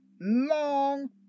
long